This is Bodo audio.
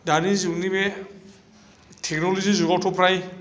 दानि जुगनि बे टेकन'लजि जुगावथ' फ्राय